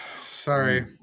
Sorry